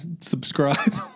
subscribe